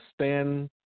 stand